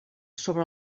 sobre